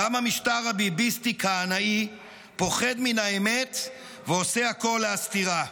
גם המשטר הביביסטי הקנאי פוחד מן האמת ועושה הכול להסתירה.